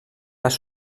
les